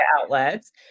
outlets